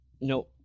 No